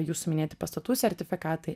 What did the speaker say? jūsų minėti pastatų sertifikatai